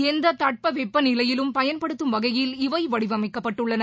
எந்ததட்பவெப்பநிலையிலும் பயன்படுத்தும் வகையில் இவை வடிவமைக்கப்பட்டுள்ளன